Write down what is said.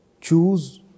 choose